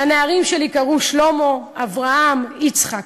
לנערים שלי קראו שלמה, אברהם, יצחק,